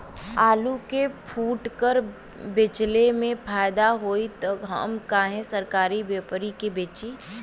आलू के फूटकर बेंचले मे फैदा होई त हम काहे सरकारी व्यपरी के बेंचि?